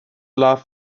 laugh